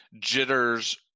jitters